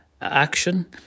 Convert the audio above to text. action